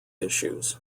issues